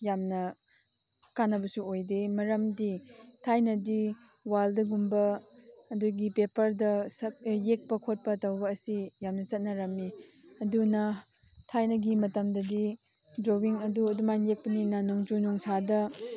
ꯌꯥꯝꯅ ꯀꯥꯟꯅꯕꯁꯨ ꯑꯣꯏꯗꯦ ꯃꯔꯝꯗꯤ ꯊꯥꯏꯅꯗꯤ ꯋꯥꯜꯗꯒꯨꯝꯕ ꯑꯗꯨꯒꯤ ꯄꯦꯄ꯭ꯔꯗ ꯁꯛ ꯌꯦꯛꯄ ꯈꯣꯠꯄ ꯇꯧꯕ ꯑꯁꯤ ꯌꯥꯝꯅ ꯆꯠꯅꯔꯝꯃꯤ ꯑꯗꯨꯅ ꯊꯥꯏꯅꯒꯤ ꯃꯇꯝꯗꯗꯤ ꯗ꯭ꯔꯣꯋꯤꯡ ꯑꯗꯨ ꯑꯗꯨꯃꯥꯏꯅ ꯌꯦꯛꯄꯅꯤꯅ ꯅꯣꯡꯖꯨ ꯅꯨꯡꯁꯥꯗ